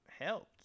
helped